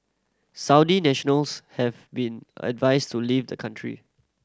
Saudi nationals have been advised to leave the country